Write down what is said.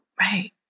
right